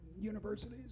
universities